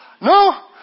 No